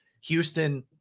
Houston